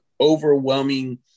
overwhelming